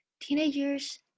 teenagers